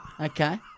Okay